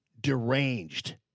deranged